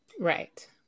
Right